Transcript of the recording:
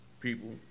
People